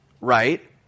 right